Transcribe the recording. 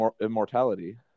immortality